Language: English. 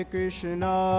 Krishna